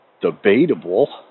debatable